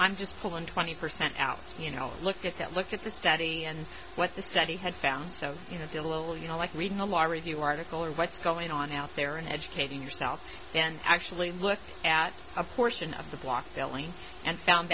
i'm just pulling twenty percent out you know look at that looked at the study and what the study had found so you know is it a little you know like reading a law review article or what's going on out there in educating yourself then actually looked at a portion of the block filling and found